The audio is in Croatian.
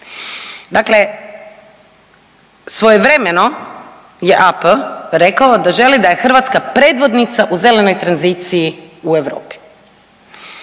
Dakle svojevremeno je AP rekao da želi da je Hrvatska predvodnica u zelenoj tranziciji u Europi.